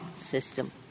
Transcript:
system